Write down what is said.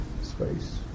space